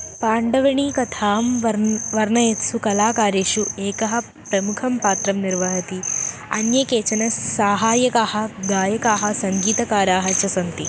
पाण्डवणीकथां वर् वर्णयत्सु कलाकारेषु एकः प्रमुखं पात्रं निर्वहति अन्ये केचन स् साहाय्यकाः गायकाः सङ्गीतकाराः च सन्ति